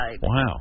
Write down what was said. Wow